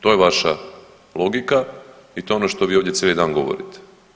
To je vaša logika i to je ono što vi ovdje cijeli dan govorite.